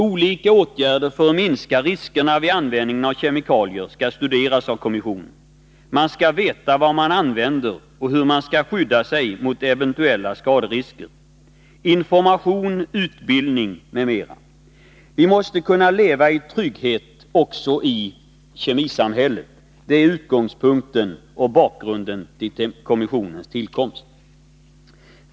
Olika åtgärder för att minska riskerna vid användningen av kemikalier skall studeras av kommissionen. Man skall veta vad man använder och hur man skall skydda sig mot eventuella skaderisker. Information, utbildning m.m. måste till. Vi måste kunna leva i trygghet också i kemisamhället. Det är utgångspunkten och bakgrunden till kommissionens tillkomst.